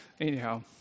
Anyhow